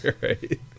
Right